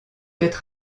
être